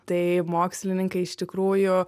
tai mokslininkai iš tikrųjų